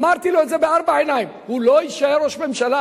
אמרתי לו את זה בארבע עיניים: הוא לא יישאר ראש ממשלה.